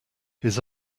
his